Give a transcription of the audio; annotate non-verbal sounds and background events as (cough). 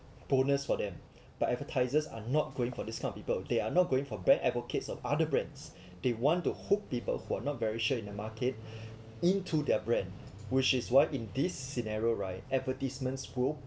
bonus for them but advertisers are not going for this kind of people they are not going for brand advocates of other brands (breath) they want to hook people who are not very sure in the market (breath) into their brand which is why in this scenario right advertisements will